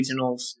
regionals